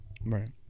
Right